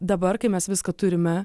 dabar kai mes viską turime